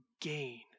gain